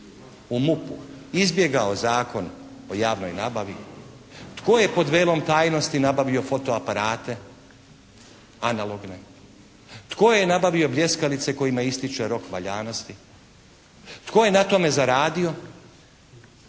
u MUP-u izbjegao Zakon o javnoj nabavi? Tko je pod velom tajnosti nabavio fotoaparate analogne? Tko je nabavio bljeskalice kojima ističe rok valjanosti? Tko je na tome zaradio?